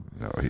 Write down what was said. No